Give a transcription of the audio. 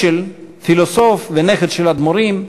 השל, פילוסוף ונכד של אדמו"רים,